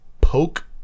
poke